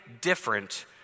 different